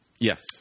yes